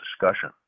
discussion